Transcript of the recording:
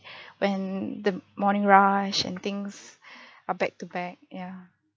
when the morning rush and things are back to back yeah